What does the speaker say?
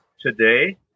Today